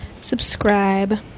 subscribe